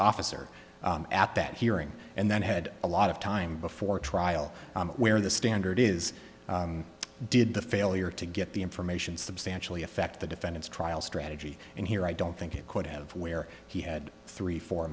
that hearing and then had a lot of time before trial where the standard is did the failure to get the information substantially affect the defendant's trial strategy and here i don't think it could have where he had three four